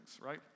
right